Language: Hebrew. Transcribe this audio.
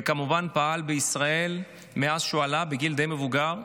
וכמובן פעל בישראל מאז שהוא עלה, בגיל די מבוגר,